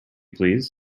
please